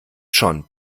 schon